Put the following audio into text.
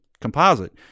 composite